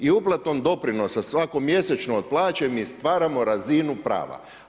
I uplatom doprinosa svako mjesečno od plaće, mi stvaramo razinu prava.